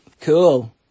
Cool